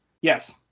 Yes